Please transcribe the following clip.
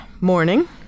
Morning